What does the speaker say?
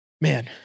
Man